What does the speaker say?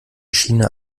china